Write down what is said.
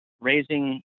raising